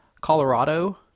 Colorado